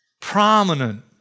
prominent